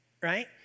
Right